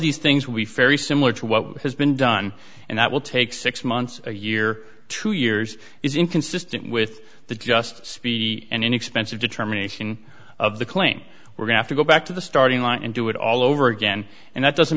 these things we ferry similar to what has been done and that will take six months a year two years is inconsistent with the just speedy and inexpensive determination of the claim we're going to go back to the starting line and do it all over again and that doesn't